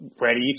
ready